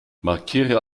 markiere